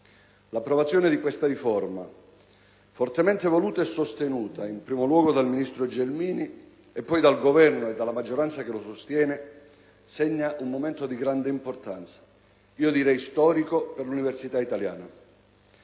L'approvazione di questa riforma, fortemente voluta e sostenuta in primo luogo dalla ministro Gelmini e poi dal Governo e dalla maggioranza che lo sostiene, segna un momento di grande importanza - io direi storico - per l'università italiana.